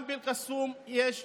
גם באל-קסום יש בעיה,